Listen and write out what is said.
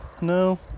No